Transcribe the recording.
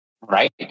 Right